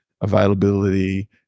availability